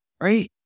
right